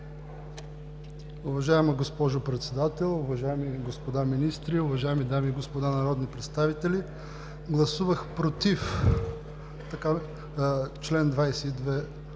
Уважаеми господин Председател, уважаема госпожо Министър, уважаеми дами и господа народни представители! Аз гласувах против приемането